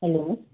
hello